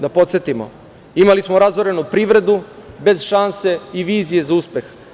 Da podsetimo, imali smo razorenu privredu, bez šanse i vizije za uspeh.